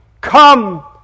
come